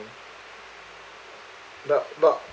but but